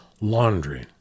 laundry